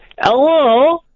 Hello